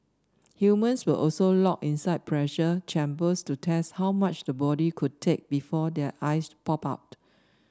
humans were also locked inside pressure chambers to test how much the body could take before their eyes popped out